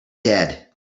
dead